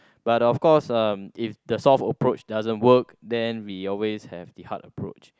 but of course uh if the soft approach doesn't work then we always have the hard approach